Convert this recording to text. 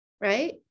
right